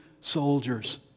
soldiers